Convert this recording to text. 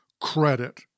credit